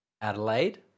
Adelaide